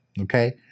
Okay